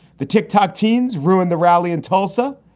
the tick tock teens ruin the rally in tulsa,